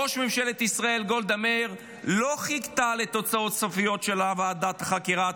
ראש ממשלת ישראל גולדה מאיר לא חיכתה לתוצאות סופיות של ועדת החקירה,